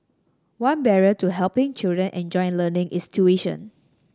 one barrier to helping children enjoy learning is tuition